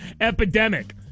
epidemic